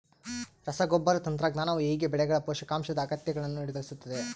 ರಸಗೊಬ್ಬರ ತಂತ್ರಜ್ಞಾನವು ಹೇಗೆ ಬೆಳೆಗಳ ಪೋಷಕಾಂಶದ ಅಗತ್ಯಗಳನ್ನು ನಿರ್ಧರಿಸುತ್ತದೆ?